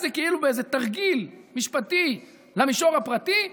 זה כאילו באיזה תרגיל משפטי למישור הפרטי.